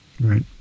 Right